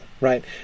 right